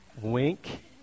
Wink